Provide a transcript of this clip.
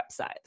website